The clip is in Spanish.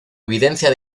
evidencia